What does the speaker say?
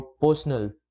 personal